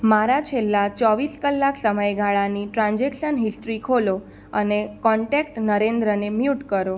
મારા છેલ્લા ચોવીસ કલાક સમયગાળાની ટ્રાન્ઝેક્શન હિસ્ટ્રી ખોલો અને કોન્ટેક્ટ નરેન્દ્રને મ્યુટ કરો